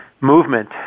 movement